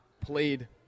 played